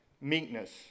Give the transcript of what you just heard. meekness